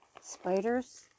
spiders